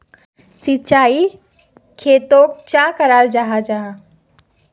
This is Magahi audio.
सिंचाई खेतोक चाँ कराल जाहा जाहा?